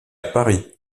paris